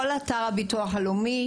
כל אתר הביטוח הלאומי,